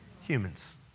humans